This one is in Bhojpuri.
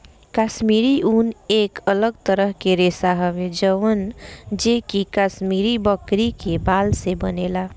काश्मीरी ऊन एक अलग तरह के रेशा हवे जवन जे कि काश्मीरी बकरी के बाल से बनेला